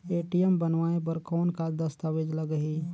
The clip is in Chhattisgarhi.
ए.टी.एम बनवाय बर कौन का दस्तावेज लगही?